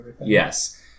yes